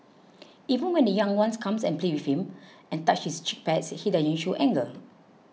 even when the young ones come and play with him and touch his cheek pads he doesn't show anger